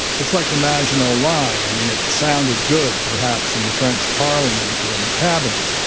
just like the national line, i mean it sounded good perhaps in the french parliament or in the cabinet,